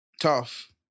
Tough